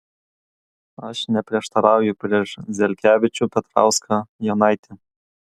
aš neprieštarauju prieš zelkevičių petrauską jonaitį